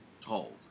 told